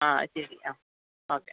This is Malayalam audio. ആ ശരി ആ ഓക്കേ